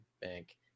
bank